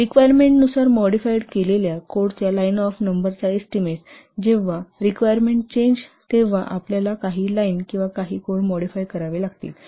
रिक्वायरमेंटनुसार modified केलेल्या कोडच्या line of नंबरचा एस्टीमेट जेव्हा रिक्वायरमेंट चेंज केले जातात तेव्हा आपल्याला काही लाईन किंवा काही कोड मॉडिफाइड करावे लागतील